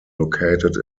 located